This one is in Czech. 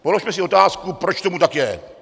Položme si otázku, proč tomu tak je.